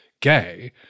gay